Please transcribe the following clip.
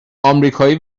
امریکایی